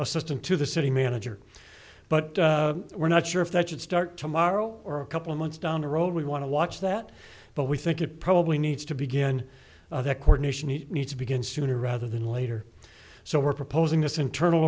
assistant to the city manager but we're not sure if that should start tomorrow or a couple of months down the road we want to watch that but we think it probably needs to begin that cornish and he need to begin sooner rather than later so we're proposing this internal